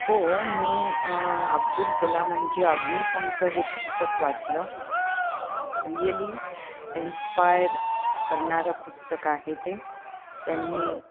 हो मी अब्दुल कलामांचे अग्निपंख हे पुस्तक वाचलं रिअली इन्स्पायर करणारं पुस्तक आहे ते त्यांनी